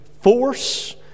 force